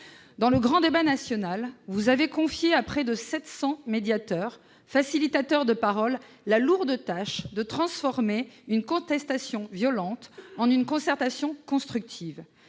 Dans le grand débat national, le Gouvernement a confié à près de 700 médiateurs, facilitateurs de parole, la lourde tâche de transformer une contestation violente en une concertation constructive,